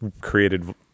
created